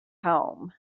home